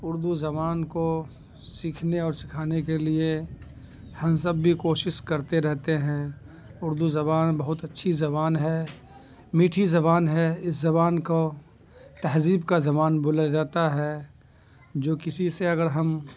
اردو زبان کو سیکھنے اور سکھانے کے لیے ہم سب بھی کوشش کرتے رہتے ہیں اردو زبان بہت اچھی زبان ہے میٹھی زبان ہے اس زبان کو تہذیب کا زبان بولا جاتا ہے جو کسی سے اگر ہم